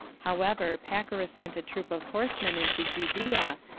however, pacorus sent a troop of horsemen into judea,